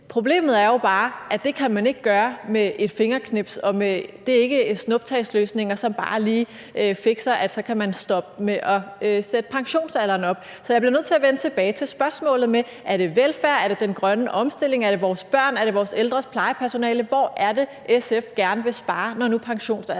Problemet er jo bare, at det kan man ikke gøre med et fingerknips. Det er ikke snuptagsløsninger, som bare lige fikser det, så man kan stoppe med at sætte pensionsalderen op. Så jeg bliver nødt til at vende tilbage til spørgsmålet: Er det velfærd, er det den grønne omstilling, er det vores børn, er det vores ældres plejepersonale? Hvor er det, SF gerne vil spare, når nu pensionsalderen